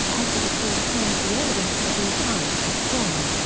as the report claims the evidence for these sites is strong.